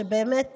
באמת